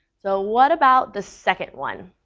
so what about the second one?